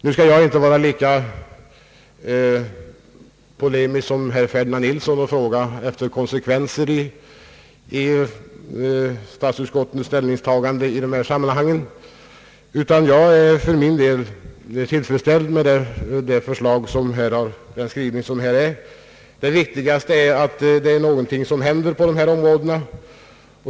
Nu skall jag inte vara lika polemisk som herr Ferdinand Nilsson och fråga efter konsekvensen i statsutskottets ställningstaganden i dessa sammanhang, utan jag är för min del tillfredsställd med det förslag som här föreligger. Det viktigaste är att någonting händer på detta område.